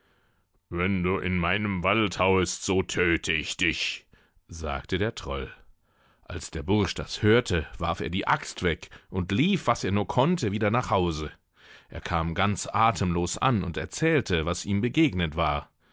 wenn du in meinem wald hauest so tödte ich dich sagte der troll als der bursch das hörte warf er die axt weg und lief was er nur konnte wieder nach hause er kam ganz athemlos an und erzählte was ihm begegnet war